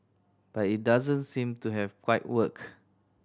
but it doesn't seem to have quite worked